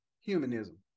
humanism